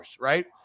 Right